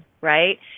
right